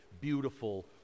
beautiful